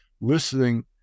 listening